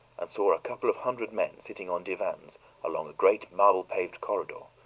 and saw a couple of hundred men sitting on divans along a great marble-paved corridor,